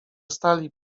stali